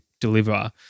deliver